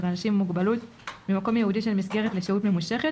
אנשים עם מוגבלות ממקום ייעודי של מסגרת לשהות ממושכת,